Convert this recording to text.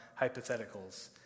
hypotheticals